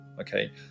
Okay